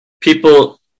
people